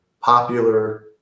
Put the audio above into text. popular